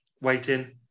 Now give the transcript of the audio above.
waiting